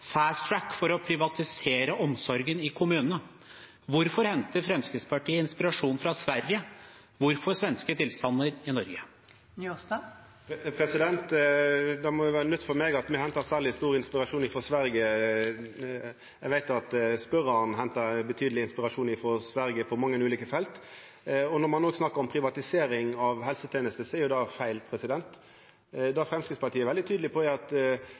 for å privatisere omsorgen i kommunene. Hvorfor henter Fremskrittspartiet inspirasjon fra Sverige, hvorfor svenske tilstander i Norge? Det må vera nytt for meg at me hentar særleg stor inspirasjon frå Sverige. Eg veit at spørjaren hentar betydeleg inspirasjon frå Sverige på mange ulike felt. Når ein snakkar om privatisering av helsetenester, er det feil. Det Framstegspartiet er veldig tydeleg på, er at